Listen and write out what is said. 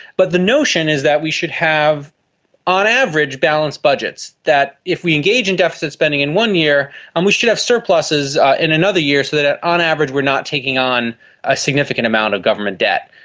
but the notion is that we should have on average balanced budgets, that if we engage in deficit spending in one year um we should have surpluses in another year so that ah on average we are not taking on a significant amount of government debt,